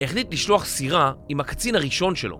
החליט לשלוח סירה עם הקצין הראשון שלו.